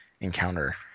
encounter